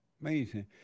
Amazing